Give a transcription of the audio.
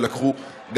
שגם לקחו משכנתה,